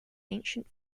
ancient